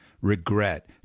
regret